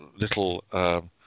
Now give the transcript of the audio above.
little